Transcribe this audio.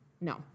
No